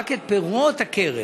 רק את פירות הקרן.